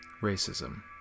Racism